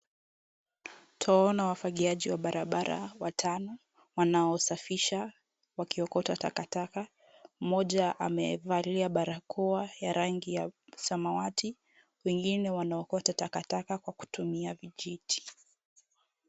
Twawaona wafagiaji wa barabara watano wanaosafisha wakiokota takataka, mmoja amevalia barakoa ya rangi ya samawati, wengine wanaokota takataka kwa kutumia vijiti.